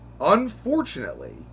unfortunately